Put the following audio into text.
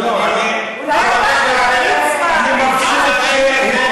לא, אני, אולי, ליצמן, אני מבסוט שהתעוררת.